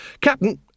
Captain